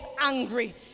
angry